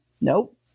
nope